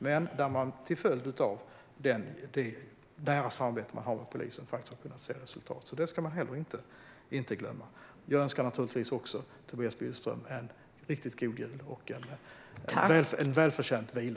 Men till följd av det nära samarbetet med polisen har det blivit resultat. Det ska vi inte heller glömma. Jag önskar naturligtvis också Tobias Billström en riktigt god jul och en välförtjänt vila.